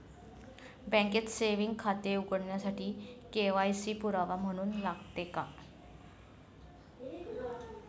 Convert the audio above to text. बँकेत सेविंग खाते उघडण्यासाठी के.वाय.सी पुरावा म्हणून लागते का?